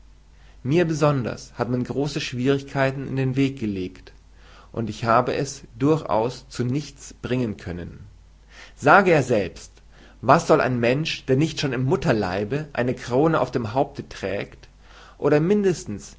mir besonders hat man große schwierigkeiten in den weg gelegt und ich habe es durchaus zu nichts bringen können sage er selbst was soll ein mensch der nicht schon im mutterleibe eine krone auf dem haupte trägt oder mindestens